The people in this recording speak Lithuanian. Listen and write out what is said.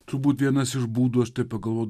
turbūt vienas iš būdų aš taip pagalvo